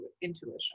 intuition